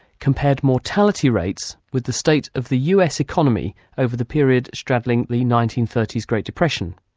compared mortality rates with the state of the us economy over the period straddling the nineteen thirty s great depression.